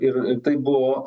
ir tai buvo